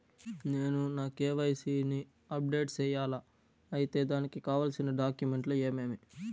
నేను నా కె.వై.సి ని అప్డేట్ సేయాలా? అయితే దానికి కావాల్సిన డాక్యుమెంట్లు ఏమేమీ?